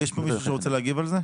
יש כאן מישהו שרוצה להגיב על זה?